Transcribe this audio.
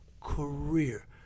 career